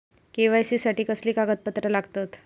KYC साठी कसली कागदपत्र लागतत?